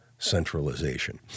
centralization